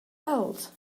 else